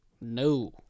No